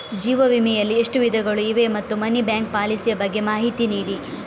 ಜೀವ ವಿಮೆ ಯಲ್ಲಿ ಎಷ್ಟು ವಿಧಗಳು ಇವೆ ಮತ್ತು ಮನಿ ಬ್ಯಾಕ್ ಪಾಲಿಸಿ ಯ ಬಗ್ಗೆ ಮಾಹಿತಿ ನೀಡಿ?